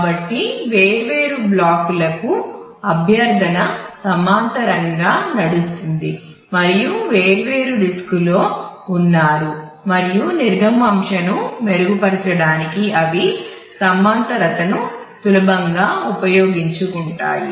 కాబట్టి వేర్వేరు బ్లాక్లకు అభ్యర్థన సమాంతరంగా నడుస్తుంది మరియు వేర్వేరు డిస్క్లో ఉన్నారు మరియు నిర్గమాంశను మెరుగుపరచడానికి అవి ఈ సమాంతరతను సులభంగా ఉపయోగించుకుంటాయి